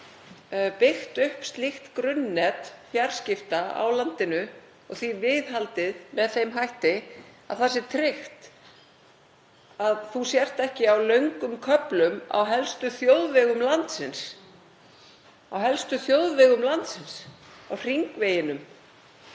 byggt upp slíkt grunnnet fjarskipta á landinu og því viðhaldið með þeim hætti að það sé tryggt að þú sért ekki á löngum köflum á helstu þjóðvegum landsins, á hringveginum,